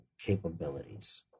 capabilities